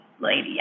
lady